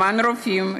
למען רופאים,